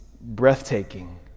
breathtaking